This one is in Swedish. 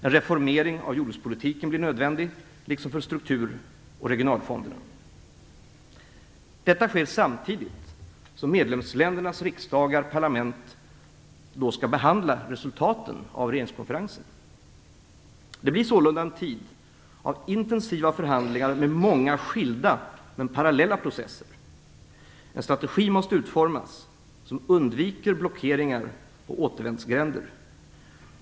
En reformering av jordbrukspolitiken blir nödvändig, liksom för struktur och regionalfonderna. Detta sker samtidigt som medlemsländernas riksdagar och parlament skall behandla resultaten av regeringskonferensen. Det blir sålunda en tid av intensiva förhandlingar med många skilda men parallella processer. En strategi måste utformas som undviker blockeringar och återvändsgränder.